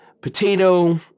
potato